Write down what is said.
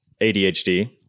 ADHD